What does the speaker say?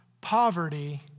poverty